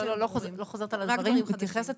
לא חוזרת על הדברים, אני מתייחסת.